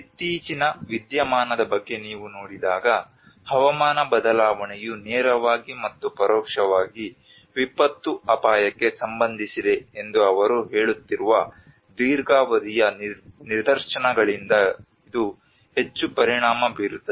ಇತ್ತೀಚಿನ ವಿದ್ಯಮಾನದ ಬಗ್ಗೆ ನೀವು ನೋಡಿದಾಗ ಹವಾಮಾನ ಬದಲಾವಣೆಯು ನೇರವಾಗಿ ಮತ್ತು ಪರೋಕ್ಷವಾಗಿ ವಿಪತ್ತು ಅಪಾಯಕ್ಕೆ ಸಂಬಂಧಿಸಿದೆ ಎಂದು ಅವರು ಹೇಳುತ್ತಿರುವ ದೀರ್ಘಾವಧಿಯ ನಿದರ್ಶನಗಳಿಂದ ಇದು ಹೆಚ್ಚು ಪರಿಣಾಮ ಬೀರುತ್ತದೆ